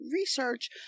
research